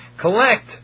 collect